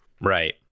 Right